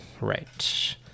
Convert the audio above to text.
right